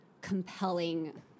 compelling